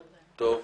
רגע,